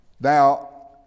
Now